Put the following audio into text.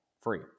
free